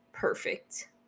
perfect